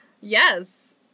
Yes